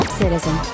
citizen